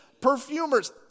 Perfumers